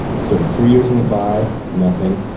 so, three years went by, nothing.